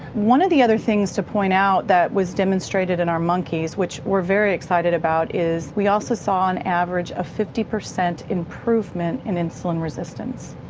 one of the other things to point out that was demonstrated in our monkeys which we're very excited about is we also saw an average of fifty percent improvement in insulin resistance.